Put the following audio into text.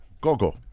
Gogo